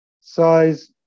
size